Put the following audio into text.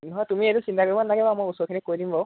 নহয় তুমি এইটো চিন্তা কৰিব নেলাগে বাৰু মই ওচৰৰখিনিক কৈ দিম বাৰু